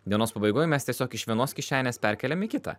dienos pabaigoj mes tiesiog iš vienos kišenės perkeliam į kitą